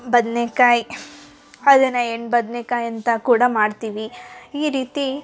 ಬದ್ನೇಕಾಯಿ ಬದನೆ ಎಣ್ಣೆ ಬದನೆ ಕಾಯಿ ಅಂತ ಕೂಡ ಮಾಡ್ತೀವಿ ಈ ರೀತಿ